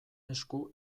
esku